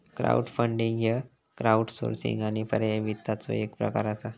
crowdfunding ह्य crowdsourcing आणि पर्यायी वित्ताचो एक प्रकार असा